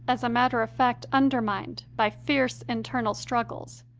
as a matter of fact, undermined by fierce internal struggles.